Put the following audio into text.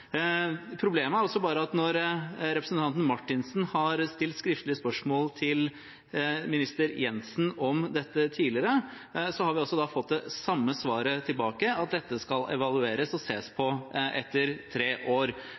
Problemet er bare at når representanten Marthinsen har stilt skriftlig spørsmål til minister Jensen om dette tidligere, har vi fått det samme svaret tilbake: at dette skal evalueres og ses på etter tre år.